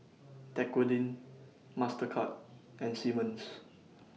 Dequadin Mastercard and Simmons